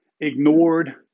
ignored